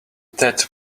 that